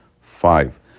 Five